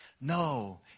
No